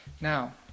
Now